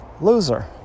loser